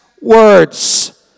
Words